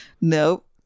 nope